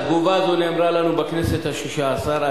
התגובה הזו נאמרה לנו בכנסת השישה-עשר.